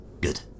good